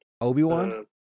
Obi-Wan